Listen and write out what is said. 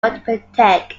wapentake